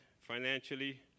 financially